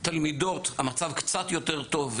אצל תלמידות המצב קצת יותר טוב,